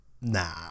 nah